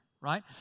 right